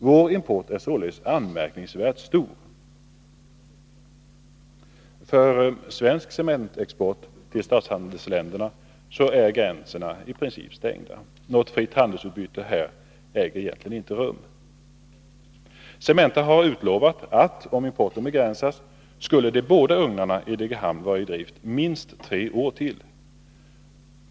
Vår import är således anmärkningsvärt stor. För svensk cementexport till statshandelsländerna är gränserna i princip stängda. Något fritt handelsutbyte härvidlag äger egentligen inte rum. Cementa har utlovat att om importen begränsas, skulle de båda ugnarna i Degerhamn vara i drift minst tre år till.